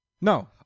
No